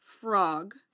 frog